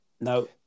no